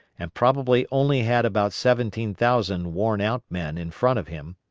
and probably only had about seventeen thousand worn out men in front of him,